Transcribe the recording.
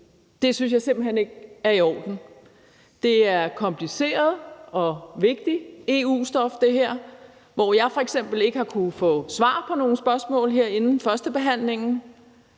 Det synes jeg simpelt hen ikke er i orden. Det her er kompliceret og vigtigt EU-stof, hvor jeg f.eks. ikke kunnet få svar på nogle spørgsmål her inden førstebehandlingen.